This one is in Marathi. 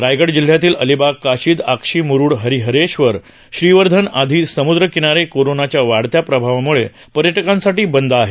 रायगड जिल्ह्यातील अलिबाग काशिद आक्षी मुरूड हरिहरेशवर श्रीवर्धन आदि समुद्र किनारे कोरोनाच्या वाढत्या प्रभावाम्ळे पर्यटकांसाठी बंद आहेत